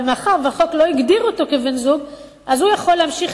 אבל מאחר שהחוק לא הגדיר אותו כבן-זוג הוא יכול להמשיך